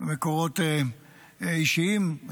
ממקורות אישיים.